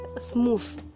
smooth